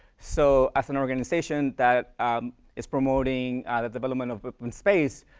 so, as an organization that is promoting the development of open space,